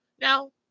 Now